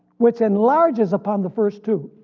which enlarges upon the first two,